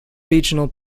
regional